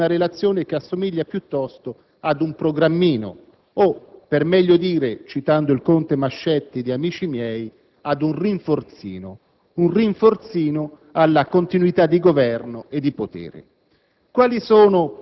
vero e proprio; una relazione che assomiglia piuttosto ad un programmino o, per meglio dire, citando il conte Mascetti del film «Amici miei», ad un "rinforzino", un rinforzino alla continuità di Governo e di potere.